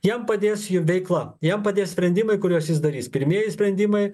jam padės jo veikla jam padės sprendimai kuriuos jis darys pirmieji sprendimai